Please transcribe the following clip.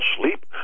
sleep